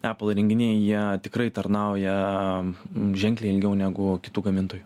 epal įrenginiai jie tikrai tarnauja ženkliai ilgiau negu kitų gamintojų